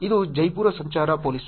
ಇದು ಜೈಪುರ ಸಂಚಾರ ಪೊಲೀಸ್